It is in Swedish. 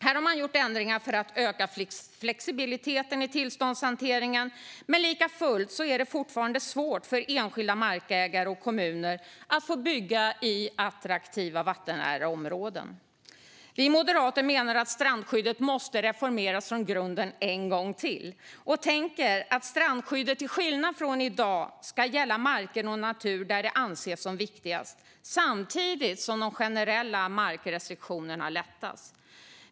Här har man gjort ändringar för att öka flexibiliteten i tillståndshanteringen, men likafullt är det fortfarande svårt för enskilda markägare och kommuner att få bygga i attraktiva vattennära områden. Vi moderater menar att strandskyddet måste reformeras i grunden en gång till. Vi tänker oss att strandskyddet till skillnad från i dag ska gälla marker och natur där det anses som viktigast samtidigt som de generella markrestriktionerna lättas.